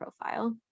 profile